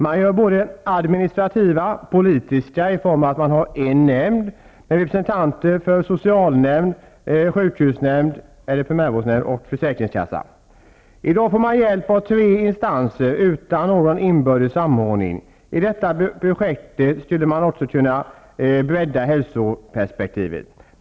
Man gör både administrativa och politiska vinster i och med att det bara finns en nämnd med representanter för socialnämnd, sjukhusnämnd resp. primärvårdsnämnd och försäkringskassan. I dag får man hjälp av tre instanser utan någon inbördes samordning. Med detta projekt skulle man alltså kunna bredda hälsoperspektivet.